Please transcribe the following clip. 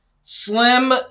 Slim